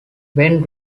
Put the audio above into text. when